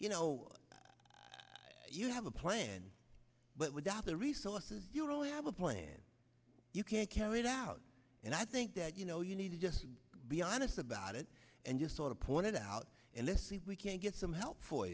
you have a plan but without the resources you really have a plan you can't carry it out and i think that you know you need to just be honest about it and just sort of pointed out and let's see if we can get some help